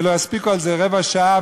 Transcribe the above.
ולא יספיק לזה רבע שעה,